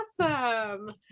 awesome